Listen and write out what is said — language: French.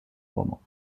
romans